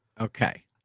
okay